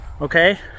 okay